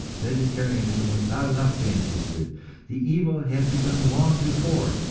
vegetarianism was not enough, they insisted the evil had begun long before,